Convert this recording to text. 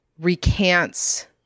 recants